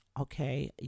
Okay